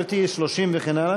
הסתייגות מס' 29,